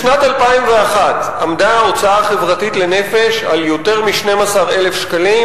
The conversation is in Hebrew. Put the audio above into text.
בשנת 2001 עמדה ההוצאה החברתית לנפש על יותר מ-12,000 שקלים,